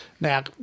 Now